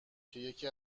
که، یکی